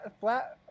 Flat